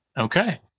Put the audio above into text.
Okay